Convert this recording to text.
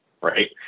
right